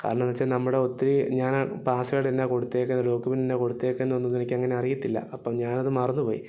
കാരണം എന്ന് വെച്ചാൽ നമ്മുടെ ഒത്തിരി ഞാൻ ആ പാസ് വേർഡ് തന്നെയാണ് കൊടുത്തേക്കുന്നത് ഡോക്കുമെൻറ്റിനാണ് കൊടുത്തേക്കുന്നത് എന്നൊന്നും എനിക്കങ്ങനെ അറിയത്തില്ല അപ്പം ഞാനത് മറന്ന് പോയി